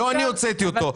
לא אני הוצאתי אותו.